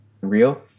real